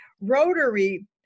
rotary